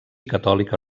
catòlica